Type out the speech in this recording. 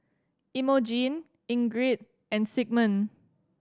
Imogene Ingrid and Sigmund